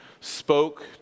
spoke